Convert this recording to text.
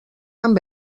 amb